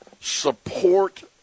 support